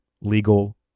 legal